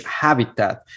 habitat